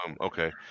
Okay